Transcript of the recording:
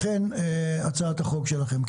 לכן הצעת החוק שלכם.